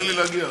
תן לי להגיע.